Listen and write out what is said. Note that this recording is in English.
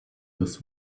this